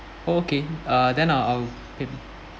okay uh then I'll I'll pick